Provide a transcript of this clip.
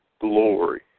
glory